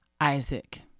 Isaac